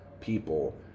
people